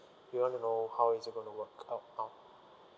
we want to know how is it gonna work out